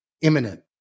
imminent